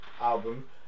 album